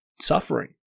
Suffering